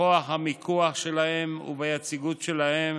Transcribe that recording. בכוח המיקוח שלהם וביציגות שלהם,